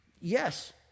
yes